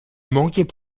manquait